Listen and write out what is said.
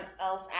else